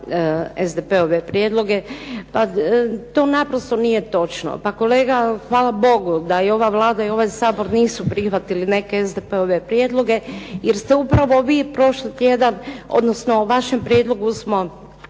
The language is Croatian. SDP-ove prijedloge. Pa to naprosto nije točno, pa kolega, hvala Bogu da i ova Vlada i ovaj Sabor nisu prihvatili neke SDP-ove prijedloge, jer se upravo vi prošli tjedan odnosno o vašem prijedlogu smo